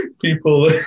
people